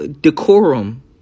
decorum